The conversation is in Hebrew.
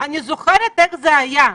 אני זוכרת איך זה היה.